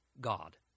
God